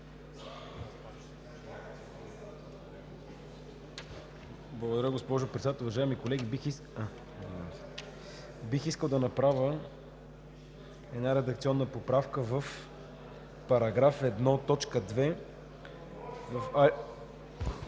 Благодаря, госпожо Председател. Уважаеми колеги, бих искал да направя редакционна поправка в § 1,